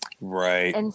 Right